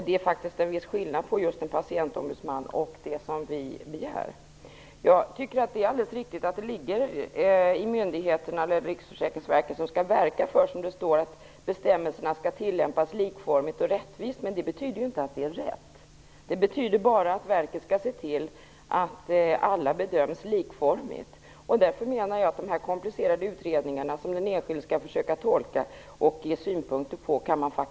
Det är faktiskt en viss skillnad på en patientombudsman och det som vi begär. Det alldeles riktigt att det står att Riksförsäkringsverket skall verka för att bestämmelserna skall tillämpas likformigt och rättvist. Men det betyder ju inte att det är rätt. Det betyder bara att verket skall se till att alla bedöms likformigt. Därför menar jag att man faktiskt kan behöva ett juridiskt biträde vid de komplicerade utredningar som den enskilde skall försöka tolka och ge synpunkter på.